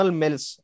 mills